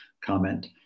comment